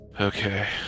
Okay